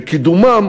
בקידומם.